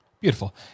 Beautiful